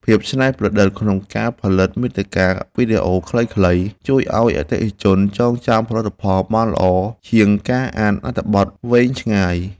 ភាពច្នៃប្រឌិតក្នុងការផលិតមាតិកាវីដេអូខ្លីៗជួយឱ្យអតិថិជនចងចាំផលិតផលបានល្អជាងការអានអត្ថបទវែងឆ្ងាយ។